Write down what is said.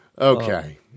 Okay